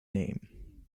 name